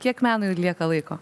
kiek menui lieka laiko